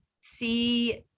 see